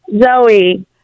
Zoe